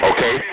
Okay